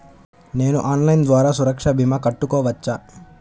నేను ఆన్లైన్ ద్వారా సురక్ష భీమా కట్టుకోవచ్చా?